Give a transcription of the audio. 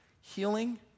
healing